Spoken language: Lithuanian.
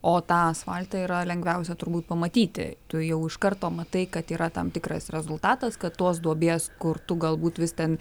o tą asfaltą yra lengviausia turbūt pamatyti tu jau iš karto matai kad yra tam tikras rezultatas kad tos duobės kur tu galbūt vis ten